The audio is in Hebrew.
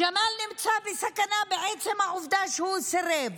ג'מאל נמצא בסכנה מעצם העובדה שהוא סירב.